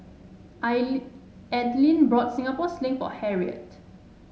Aidyn bought Singapore Sling for Harriett